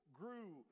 grew